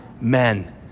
men